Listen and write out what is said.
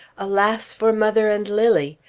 alas, for mother and lilly!